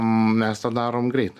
mes tą darom greit